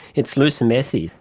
it's loose and messy.